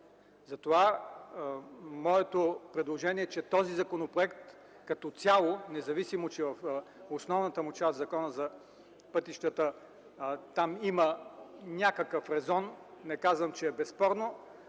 Затова моето предложение е, че този законопроект като цяло, независимо че в основната му част Законът за пътищата има резон – не казвам, че е безспорно,